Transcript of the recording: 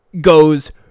goes